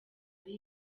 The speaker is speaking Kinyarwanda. ari